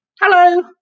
Hello